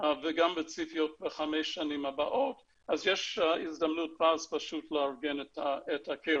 וגם בציפיות של חמש השנים הבאות אז יש הזדמנות פז לארגן את הקרן.